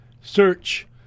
search